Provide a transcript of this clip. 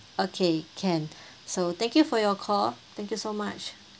okay can so thank you for your call thank you so much